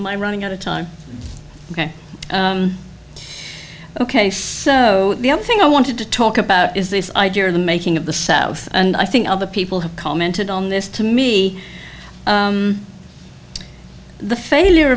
my running out of time ok so the other thing i wanted to talk about is this idea of the making of the south and i think other people have commented on this to me the failure